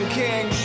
king